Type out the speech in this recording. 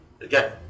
Again